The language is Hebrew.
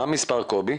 מה המספר, קובי?